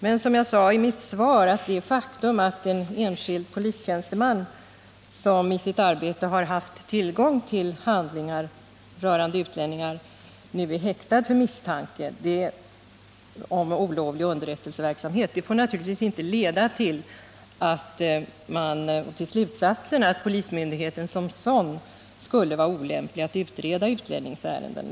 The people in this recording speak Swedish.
Men ,som jag sade i mitt svar, det faktum att en enskild polistjänsteman, som i sitt arbete haft tillgång till handlingar rörande utlänningar, nu är häktad för misstanke om olovlig underrättelseverksamhet får naturligtvis inte leda till slutsatsen att polismyndigheten som sådan skulle vara olämplig att utreda utlänningsärenden.